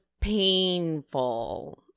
painful